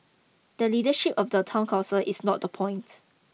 the leadership of the town council is not the point